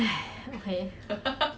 but then